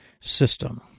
system